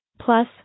Plus